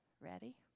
ready